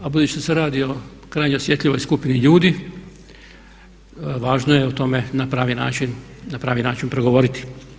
A budući da se radi o krajnje osjetljivoj skupini ljudi važno je o tome na pravi način progovoriti.